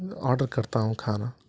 order کرتا ہوں کھانا